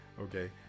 okay